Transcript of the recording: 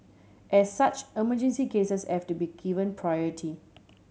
as such emergency cases I've to be given priority